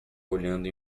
olhando